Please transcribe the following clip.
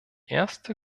erste